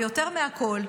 ויותר מהכול,